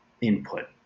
input